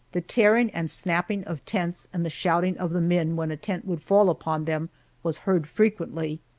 the tearing and snapping of tents, and the shouting of the men when a tent would fall upon them was heard frequently,